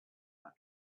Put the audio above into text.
that